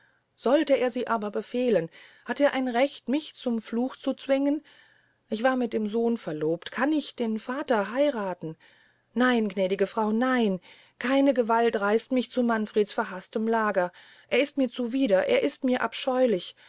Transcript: solte er sie aber befehlen hat er ein recht mich zum fluch zum zwingen ich war mit dem sohn verlobt kann ich den vater heyrathen nein gnädige frau nein keine gewalt reißt mich zu manfreds verhaßtem lager er ist mir zuwider er ist mir abscheulich